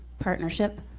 partnership,